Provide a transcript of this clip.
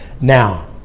now